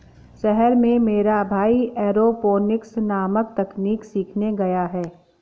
शहर में मेरा भाई एरोपोनिक्स नामक तकनीक सीखने गया है